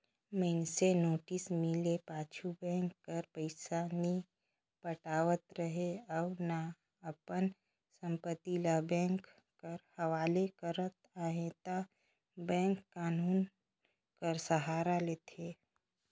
मइनसे नोटिस मिले पाछू बेंक कर पइसा नी पटावत रहें अउ ना अपन संपत्ति ल बेंक कर हवाले करत अहे ता बेंक कान्हून कर सहारा लेथे